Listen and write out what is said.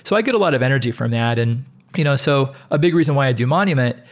so i get a lot of energy from that. and you know so a big reason why i do monument,